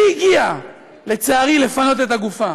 מי הגיע לצערי לפנות את הגופה?